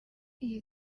iyi